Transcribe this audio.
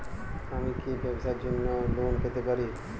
আমি কি ব্যবসার জন্য লোন পেতে পারি?